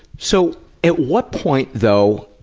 so at what point, though,